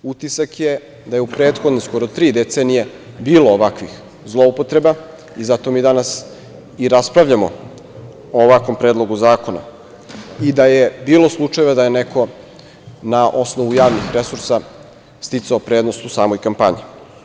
Utisak je da je u prethodne skoro tri decenije bilo ovakvih zloupotreba i zato mi danas i raspravljamo o ovakvom Predlogu zakona, i da je bilo slučajeva da je neko na osnovu javnih resursa sticao prednost u samoj kampanji.